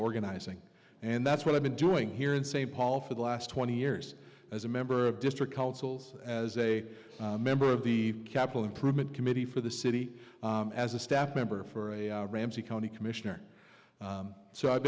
organizing and that's what i've been doing here in st paul for the last twenty years as a member of district councils as a member of the capitol improvement committee for the city as a staff member for ramsey county commissioner so i've